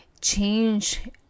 change